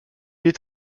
est